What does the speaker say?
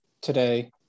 today